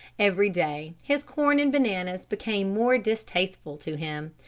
every day his corn and bananas became more distasteful to him.